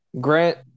Grant